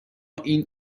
این